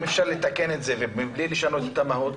אם אפשר לתקן את זה בלי לשנות את מהות.